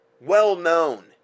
well-known